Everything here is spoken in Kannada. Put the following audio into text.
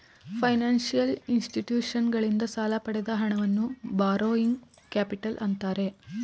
ಫೈನಾನ್ಸಿಯಲ್ ಇನ್ಸ್ಟಿಟ್ಯೂಷನ್ಸಗಳಿಂದ ಸಾಲ ಪಡೆದ ಹಣವನ್ನು ಬಾರೋಯಿಂಗ್ ಕ್ಯಾಪಿಟಲ್ ಅಂತ್ತಾರೆ